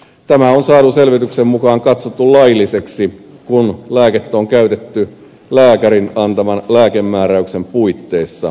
tämä on saadun selvityksen mukaan katsottu lailliseksi kun lääkettä on käytetty lääkärin antaman lääkemääräyksen puitteissa